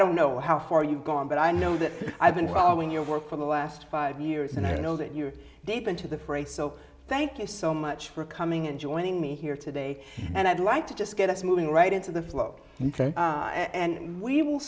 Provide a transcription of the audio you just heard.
don't know how far you've gone but i know that i've been following your work for the last five years and i know that you deep into the fray so thank you so much for coming and joining me here today and i'd like to just get us moving right into the flow and